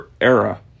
era